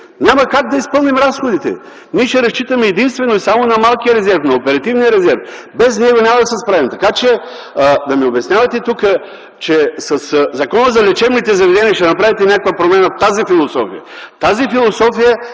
няма как да изпълним разходите. Ние ще разчитаме единствено и само на малкия резерв, на оперативния резерв. Без него няма да се справим. Така че да ми обяснявате тук, че със Закона за лечебните заведения ще направите някаква промяна в тази философия ... Тази философия